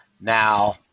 now